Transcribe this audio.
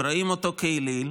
ורואים אותו כאליל,